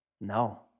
No